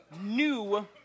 new